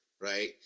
right